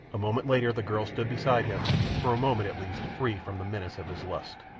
a moment later the girl stood beside him for a moment at least free from the menace of his lust.